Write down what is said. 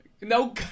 No